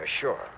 sure